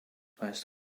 west